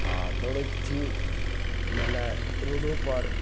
आओर दौड़ै छी मानि ले रोडोपर